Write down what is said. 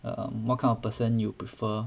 err what kind of person you prefer